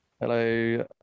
Hello